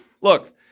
look